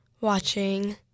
watching